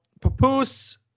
papoose